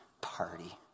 party